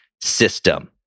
system